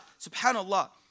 SubhanAllah